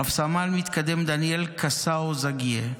רס"מ דניאל קאסאו זגייה,